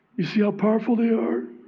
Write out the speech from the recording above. you see how powerful they are?